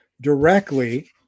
directly